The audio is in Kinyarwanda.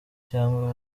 cyangwa